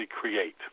create